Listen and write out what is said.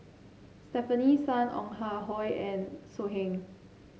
Stefanie Sun Ong Ah Hoi and So Heng